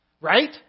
right